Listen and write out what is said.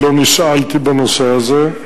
כי לא נשאלתי בנושא הזה.